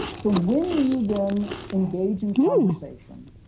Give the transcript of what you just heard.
so when you then engage in conversation